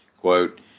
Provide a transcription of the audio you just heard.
Quote